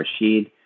Rashid